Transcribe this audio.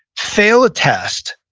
fail a test